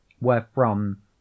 wherefrom